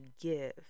give